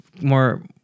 more